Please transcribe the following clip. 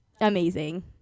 amazing